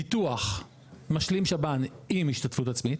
ביטוח משלים שב"ן עם השתתפות עצמי,